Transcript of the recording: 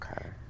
Okay